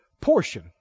portion